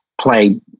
play